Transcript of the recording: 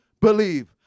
believe